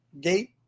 gate